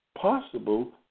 possible